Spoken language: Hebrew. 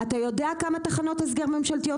אתה יודע כמה תחנות הסגר ממשלתיות